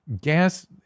gas